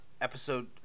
Episode